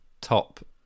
top